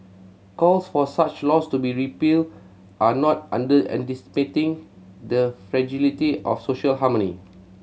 calls for such laws to be repealed are not underestimating the fragility of social harmony